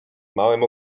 małym